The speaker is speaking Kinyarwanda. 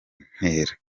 ntera